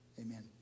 Amen